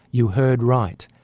you heard right.